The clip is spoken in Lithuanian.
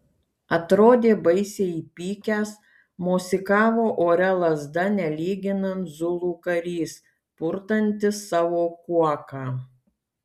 atrodė baisiai įpykęs mosikavo ore lazda nelyginant zulų karys purtantis savo kuoką